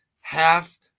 half